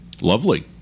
Lovely